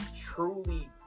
truly